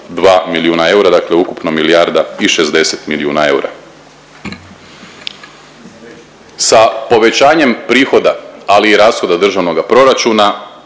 2 milijuna eura, dakle ukupno milijarda i 60 milijuna eura. Sa povećanjem prihoda, ali i rashoda državnoga proračuna,